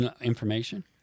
information